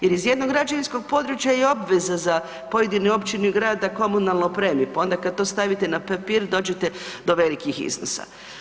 Jer iz jednog građevinskog područja je obveza za pojedine općine i grad da komunalno opremi, pa onda kad to stavite na papir dođete do velikih iznosa.